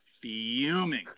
fuming